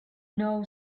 know